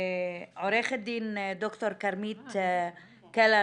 עורכת דין ד"ר כרמית קלר